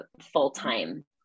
full-time